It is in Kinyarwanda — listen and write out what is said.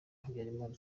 habyarimana